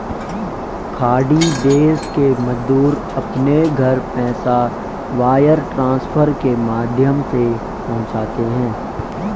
खाड़ी देश के मजदूर अपने घर पैसा वायर ट्रांसफर के माध्यम से पहुंचाते है